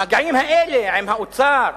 המגעים האלה עם האוצר,